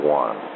one